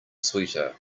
sweeter